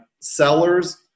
sellers